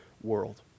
world